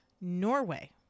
norway